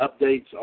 updates